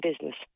business